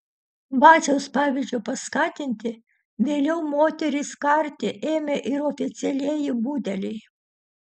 vaciaus pavyzdžio paskatinti vėliau moteris karti ėmė ir oficialieji budeliai